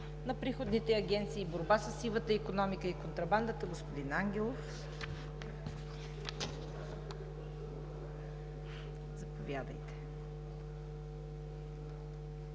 на приходните агенции и борба със сивата икономика и контрабандата. Господин Ангелов, заповядайте.